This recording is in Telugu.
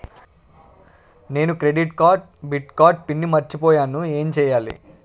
నేను క్రెడిట్ కార్డ్డెబిట్ కార్డ్ పిన్ మర్చిపోయేను ఎం చెయ్యాలి?